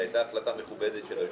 הייתה החלטה מכובדת של היושב-ראש,